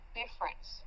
difference